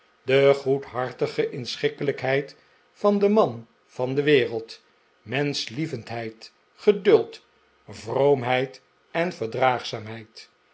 de goedhartige inschikkelijkheid van den man van de wereld menschlievenaheid geduld vroomheid en verdraagzaamheid